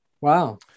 Wow